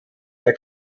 der